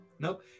Nope